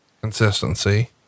consistency